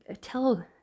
tell